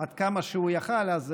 עד כמה שהוא היה יכול אז,